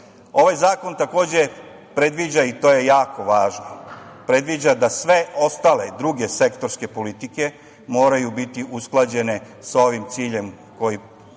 itd. Ovaj zakon takođe predviđa i to je jako važno, predviđa da sve ostale druge sektorske politike moraju biti usklađene sa ovim ciljem koji